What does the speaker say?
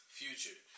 future